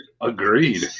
Agreed